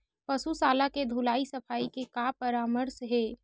पशु शाला के धुलाई सफाई के का परामर्श हे?